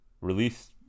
Release